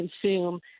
consume